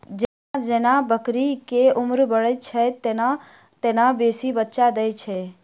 जेना जेना बकरीक उम्र बढ़ैत छै, तेना तेना बेसी बच्चा दैत छै